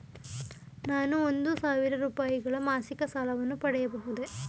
ನಾನು ಒಂದು ಸಾವಿರ ರೂಪಾಯಿಗಳ ಮಾಸಿಕ ಸಾಲವನ್ನು ಪಡೆಯಬಹುದೇ?